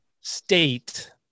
state